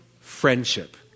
friendship